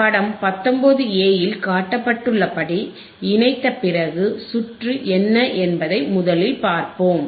படம் 19a இல் காட்டப்பட்டுள்ளபடி இணைத்த பிறகு சுற்று என்ன என்பதை முதலில் பார்ப்போம்